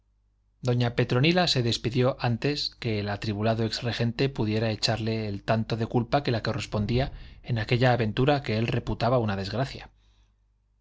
doña petronila se despidió antes de que el atribulado ex regente pudiera echarle el tanto de culpa que la correspondía en aquella aventura que él reputaba una desgracia